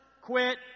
Quit